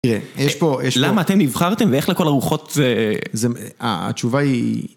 תראה, יש פה, יש פה... למה אתם נבחרתם ואיך לכל הרוחות, התשובה היא...